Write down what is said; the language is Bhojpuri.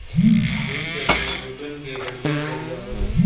बीन्स एगो प्रोटीन के बढ़िया जरिया हवे